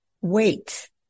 Wait